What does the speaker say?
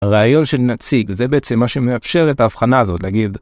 ראיון של נציג זה בעצם מה שמאפשר את ההבחנה הזאת להגיד,